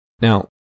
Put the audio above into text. Now